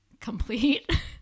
complete